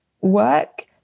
work